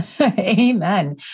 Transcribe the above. Amen